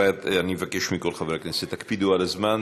אני מבקש מכל חברי הכנסת: תקפידו על הזמן.